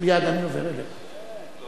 כל